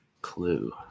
clue